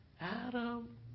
Adam